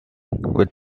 with